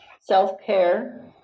self-care